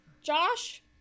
Josh